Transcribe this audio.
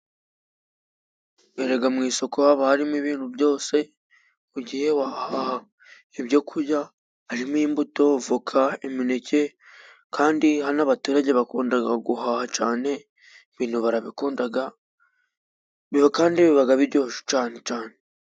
Erega mu isoko haba harimo ibintu byose. Mu gihe wahaha ibyo kurya harimo imbuto, voka, imineke, kandi n'abaturage bakundaga guhaha cane. Ibintu barabikundaga kandi bibaga biryoshe cane cane.